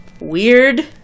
weird